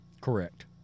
Correct